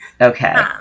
Okay